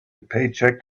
paycheck